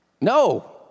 No